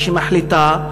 היא שמחליטה,